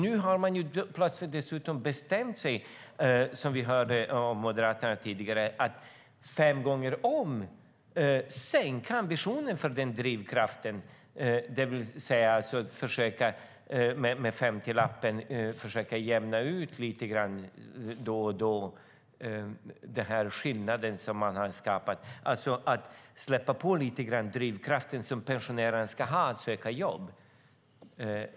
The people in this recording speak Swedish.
Nu har man dessutom bestämt sig, som vi hörde av Moderaterna tidigare, att fem gånger om sänka ambitionen för den drivkraften. Man försöker med en femtiolapp då och då lite grann jämna ut skillnaden som man har skapat och släpper lite på drivkraften som pensionärerna ska ha att söka jobb.